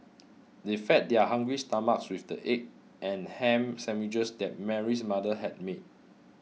they fed their hungry stomachs with the egg and ham sandwiches that Mary's mother had made